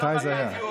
מתי זה היה?